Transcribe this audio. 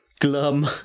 Glum